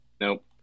nope